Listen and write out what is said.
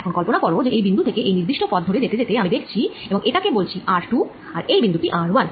এখন কল্পনা কর যে এই বিন্দু থেকে এই নির্দিষ্ট পথ ধরে যেতে যেতে আমি দেখছি এবং এটাকে বলছি r2 আর এই বিন্দুটি r1